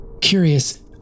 Curious